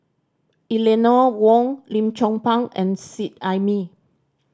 Eleanor Wong Lim Chong Pang and Seet Ai Mee